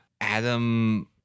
Adam